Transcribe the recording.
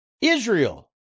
Israel